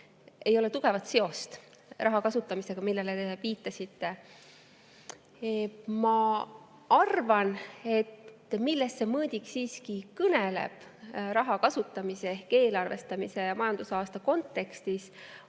ei ole tugevat seost raha kasutamisega, millele te viitasite. Ma arvan, et see mõõdik raha kasutamise ehk eelarvestamise ja majandusaasta kontekstis